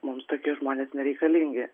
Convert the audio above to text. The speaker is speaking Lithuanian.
mums tokie žmonės nereikalingi